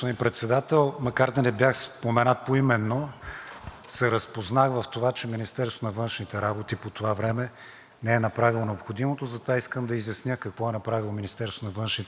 не е направило необходимото, затова искам да изясня какво е направило Министерството на външните работи по случая с палежа в Одеса, в който загинаха толкова хора.